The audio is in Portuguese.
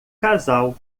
casal